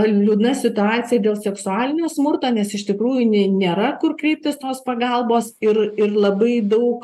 liūdna situacija dėl seksualinio smurto nes iš tikrųjų nei nėra kur kreiptis tos pagalbos ir ir labai daug